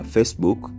Facebook